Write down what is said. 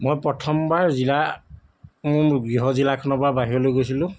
মই প্ৰথমবাৰ জিলা মোৰ গৃহ জিলাখনৰ পা বাহিৰলৈ গৈছিলো